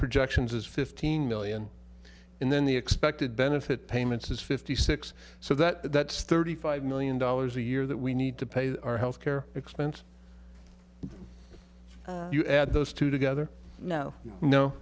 projections is fifteen million and then the expected benefit payments is fifty six so that that's thirty five million dollars a year that we need to pay our health care expenses you add those two together no no